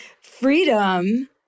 freedom